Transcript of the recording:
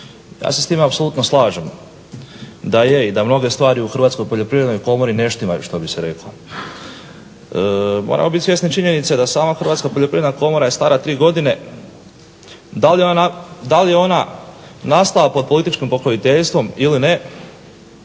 Ja se s time apsolutno slažem da je i da mnoge stvari u Hrvatskoj poljoprivrednoj komori ne štimaju što bi se reklo. Moramo biti svjesni činjenice da sama Hrvatska poljoprivredna komora je stara tri godine. Da li je ona nastala pod političkim pokroviteljstvom ili ne